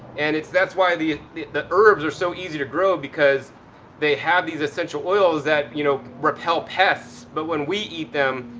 and its, that's why the the herbs are so easy to grow because they have these essential oils that, you know, repel pests. but when we eat them,